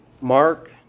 Mark